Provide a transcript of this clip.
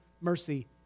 mercy